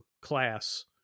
class